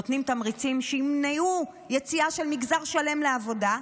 נותנים תמריצים שימנעו יציאה של מגזר שלם לעבודה,